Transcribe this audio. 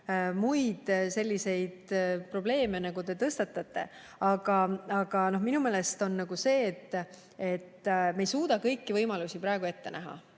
muid selliseid probleeme, nagu te tõstatasite. Aga minu meelest ei suuda me kõiki võimalusi praegu ette näha.